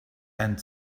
and